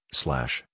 slash